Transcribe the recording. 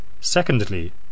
Secondly